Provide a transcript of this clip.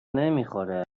نمیخوره